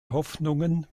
hoffnungen